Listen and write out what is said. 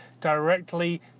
directly